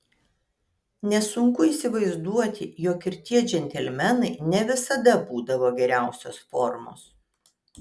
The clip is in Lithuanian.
nesunku įsivaizduoti jog ir tie džentelmenai ne visada būdavo geriausios formos